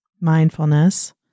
mindfulness